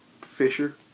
Fisher